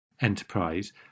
enterprise